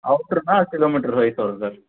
அவுட்ருன்னா அது kilometre price வரும் sir